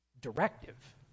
directive